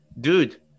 dude